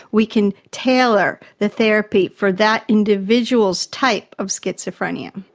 we can tailor the therapy for that individual's type of schizophrenia.